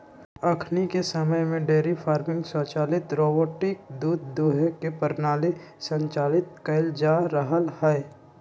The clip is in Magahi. अखनिके समय में डेयरी फार्मिंग स्वचालित रोबोटिक दूध दूहे के प्रणाली संचालित कएल जा रहल हइ